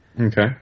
Okay